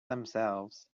themselves